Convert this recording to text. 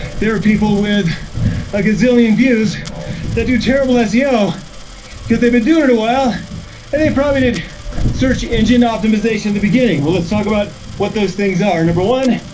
there are people with a gazillion views that do terrible seo cause they've been doing it a while and they probably did search engine optimization at the beginning. we'll talk about what those things are. number one,